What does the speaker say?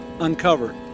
uncovered